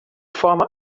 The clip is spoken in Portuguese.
forma